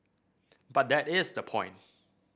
but that is the point